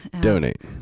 Donate